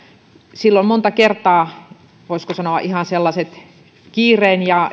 silloin monta kertaa voisiko sanoa ihan sellaiset kiireen ja